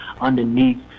underneath